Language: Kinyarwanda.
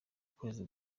kwezi